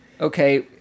okay